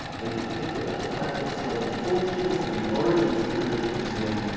in particular, the fact that sloane's fortunes, and the origins of the british museum,